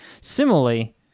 Similarly